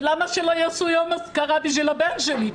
ולמה שלא יעשו יום אזכרה בשביל הבן שלי?